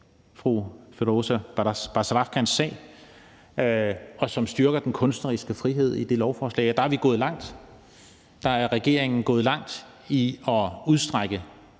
fru Firoozeh Bazrafkans sag, og som styrker den kunstneriske frihed, i det lovforslag. Der er vi gået langt, og der er regeringen gået langt i forhold